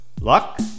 Luck